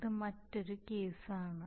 ഇത് മറ്റൊരു കേസാണ്